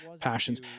passions